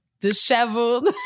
disheveled